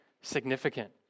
significant